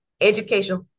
educational